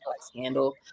Scandal